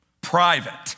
private